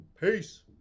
Peace